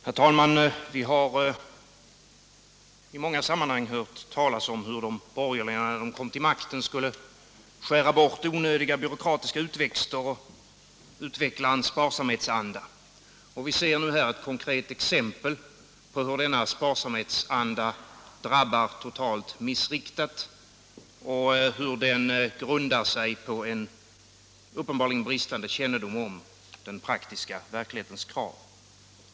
Herr talman! Vi har i många sammanhang hört talas om att de borgerliga, när de kom till makten, skulle skära bort onödiga byråkratiska utväxter och utveckla en sparsamhetsanda. Här ser vi nu ett konkret exempel på hur denna sparsamhetsanda drabbar totalt missriktat och hur den uppenbarligen grundar sig på bristande kännedom om den praktiska verklighetens krav.